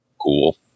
Cool